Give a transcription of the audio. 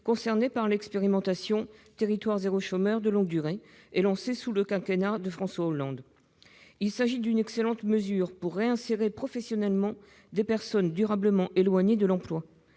concernés par l'expérimentation « Territoires zéro chômeur de longue durée », lancée sous le quinquennat de François Hollande. Il s'agit d'une excellente mesure pour réinsérer professionnellement des personnes durablement éloignées de l'emploi,